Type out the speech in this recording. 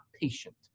patient